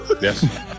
Yes